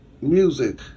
music